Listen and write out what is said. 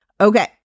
Okay